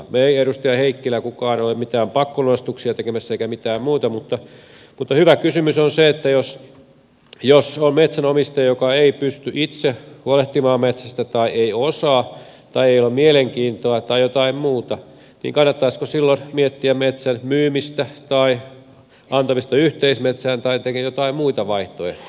me emme edustaja heikkilä kukaan ole mitään pakkolunastuksia tekemässä eikä mitään muuta mutta hyvä kysymys on se että jos on metsänomistaja joka ei pysty itse huolehtimaan metsästä tai ei osaa tai ei ole mielenkiintoa tai jotain muuta niin kannattaisiko silloin miettiä metsän myymistä tai antamista yhteismetsään tai jotain muita vaihtoehtoja